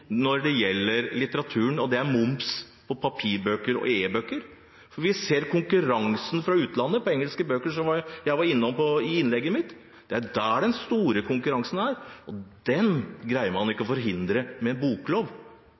når det gjelder litteraturen. Det handler om moms på papirbøker og e-bøker. Vi ser konkurransen fra utlandet, fra engelske bøker – som jeg var innom i innlegget mitt. Det er der den store konkurransen er. Den greier man ikke å forhindre med en boklov